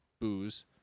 booze